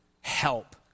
Help